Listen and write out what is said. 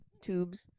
tubes